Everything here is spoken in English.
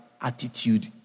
attitude